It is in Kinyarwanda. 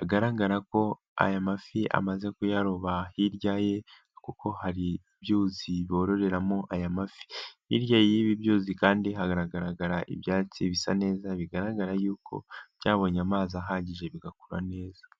agaragara ko aya mafi amaze kuyaroba hirya ye kuko hari ibyzi bororeramo aya mafi, hirya y'ibi byuzi kandi hagaragara ibyatsi bisa neza, bigaragara yuko byabonye amazi ahagije bigakura neza.